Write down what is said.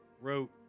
wrote